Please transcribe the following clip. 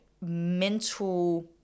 mental